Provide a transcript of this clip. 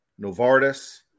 Novartis